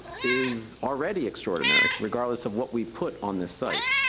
is already extraordinary, regardless of what we put on this site,